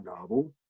novel